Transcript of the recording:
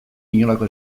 inolako